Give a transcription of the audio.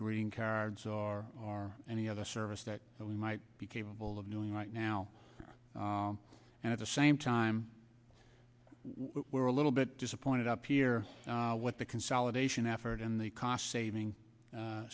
green cards or are any other service that we might be capable of doing right now and at the same time we're a little bit disappointed up here what the consolidation effort and the cost saving